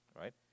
right